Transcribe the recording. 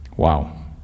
Wow